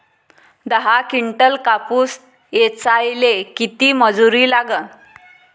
दहा किंटल कापूस ऐचायले किती मजूरी लागन?